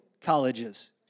colleges